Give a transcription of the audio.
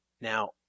Now